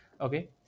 okay